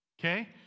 okay